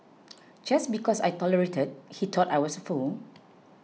just because I tolerated he thought I was a fool